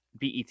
BET